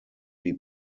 die